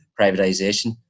privatisation